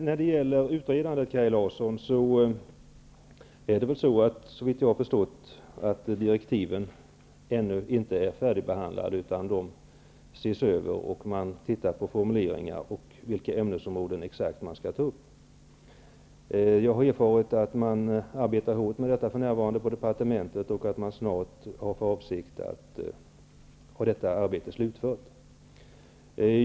När det gäller utredandet, Kaj Larsson, är det såvitt jag har förstått så, att direktiven ännu inte är färdigbehandlade utan de ses över; man tittar på formuleringar och exakt vilka ämnesområden som skall tas upp. Jag har erfarit att man för närvarande arbetar hårt med detta på departementet och att man har för avsikt att snart ha detta arbete slutfört.